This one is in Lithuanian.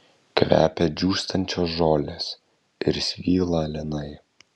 kvepia džiūstančios žolės ir svylą linai